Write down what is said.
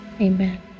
Amen